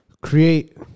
create